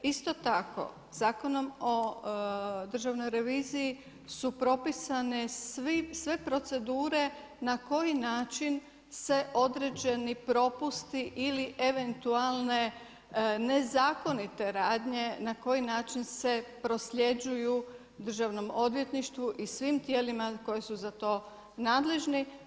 Isto tako Zakonom o državnoj reviziji su propisane sve procedure na koji način se određeni propusti ili eventualne nezakonite radnje na koji način se prosljeđuju Državnom odvjetništvu i svim tijelima koje su za to nadležni.